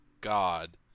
God